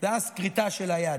ואז כריתה של היד.